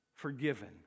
Forgiven